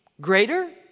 greater